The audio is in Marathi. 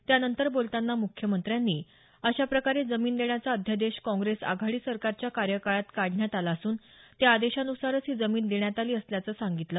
त्यानंतर बोलताना मुख्यमंत्र्यांनी अशा प्रकारे जमीन देण्याचा अध्यादेश काँप्रेस आघाडी सरकारच्या कार्यकाळात काढण्यात आला असून त्या आदेशा नुसारच ही जमीन देण्यात आली असल्याचं सांगितलं